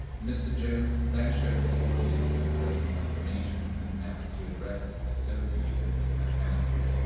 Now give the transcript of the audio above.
mr. jones then showed his audience my personal information and maps to addresses associated with my family.